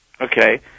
okay